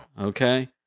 Okay